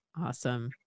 Awesome